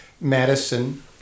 Madison